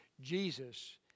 Jesus